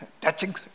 Touching